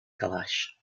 calaix